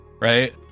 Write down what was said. Right